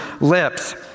lips